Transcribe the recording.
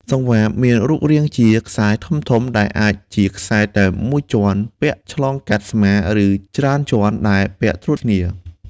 សង្វារមានរូបរាងជា ខ្សែធំៗ ដែលអាចជាខ្សែតែមួយជាន់ ពាក់ឆ្លងកាត់ស្មា ឬច្រើនជាន់ដែលពាក់ត្រួតគ្នា។